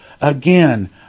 again